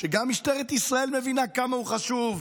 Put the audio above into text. שגם משטרת ישראל מבינה כמה הוא חשוב,